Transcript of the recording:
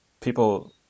people